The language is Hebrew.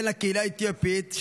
בן לקהילה האתיופית,